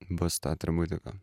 bus ta atributika